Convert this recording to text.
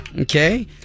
Okay